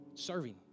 Serving